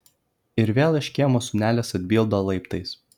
ir vėl iš kiemo sūnelis atbilda laiptais